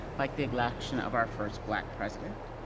like the election of our first black president,